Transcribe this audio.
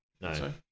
no